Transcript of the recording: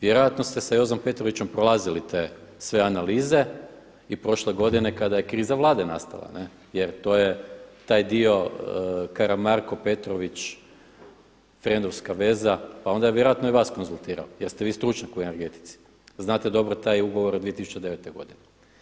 Vjerojatno ste sa Jozom Petrovićem prolazili sve te analize i prošle godine kada je kriza vlade nastala ne, jer to je taj dio Karamarko, Petrović frendovska veza pa onda je vjerojatno i vas konzultirao jer ste vi stručnjak u energetici ,znate dobro taj ugovor od 2009. godine.